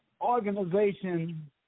organization